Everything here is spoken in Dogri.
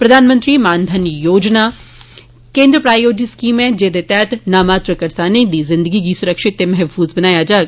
प्रधानमंत्री मान धन योजना केन्द्र प्रायोजित स्कीम ऐ जेदे तैहत नामात्र करसाने दी जिंदगी गी सुरक्षित ते महफूज बनाया जाग